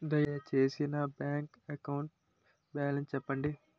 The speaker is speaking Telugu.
దయచేసి నా బ్యాంక్ అకౌంట్ బాలన్స్ చెప్పండి